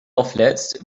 auflädst